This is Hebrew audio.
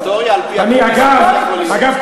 אגב,